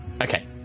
Okay